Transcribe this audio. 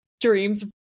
dreams